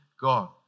God